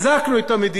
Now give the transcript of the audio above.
או שאנו מחלישים אותה,